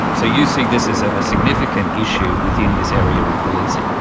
so you see this as a significant issue within this area of policing?